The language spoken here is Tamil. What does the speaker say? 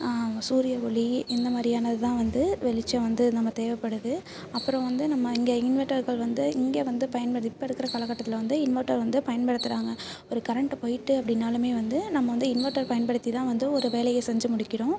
சூரிய ஒளி இந்த மாதிரியானது தான் வந்து வெளிச்சம் வந்து நம்ம தேவைப்படுது அப்புறம் வந்து நம்ம இங்கே இன்வெட்டர்கள் வந்து இங்கே வந்து பயன்படுது இப்போ இருக்கிற காலக்கட்டத்தில் வந்து இன்வெட்டர் வந்து பயன்படுத்துகிறாங்க ஒரு கரெண்ட்டு போயிட்டு அப்படின்னாலுமே வந்து நம்ம வந்து இன்வெட்டர் பயன்படுத்தி தான் வந்து ஒரு வேலையை செஞ்சு முடிக்கிறோம்